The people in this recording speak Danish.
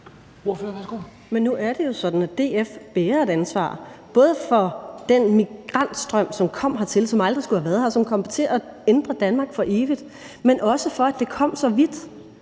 Men nu er det jo sådan, at DF bærer et ansvar, både for den migrantstrøm, som kom hertil, og som aldrig skulle have været her, og som kommer til at ændre Danmark for evigt, men også for, at det kom så vidt,